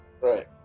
Right